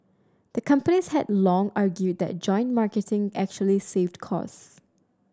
the companies had long argued that joint marketing actually saved costs